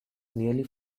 nearly